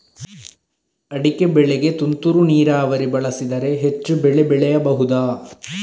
ಅಡಿಕೆ ಬೆಳೆಗೆ ತುಂತುರು ನೀರಾವರಿ ಬಳಸಿದರೆ ಹೆಚ್ಚು ಬೆಳೆ ಬೆಳೆಯಬಹುದಾ?